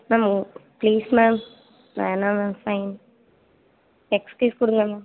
ma'am please ma'am வேணாம் ma'am fine excuse கொடுங்க ma'am